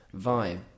vibe